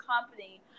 company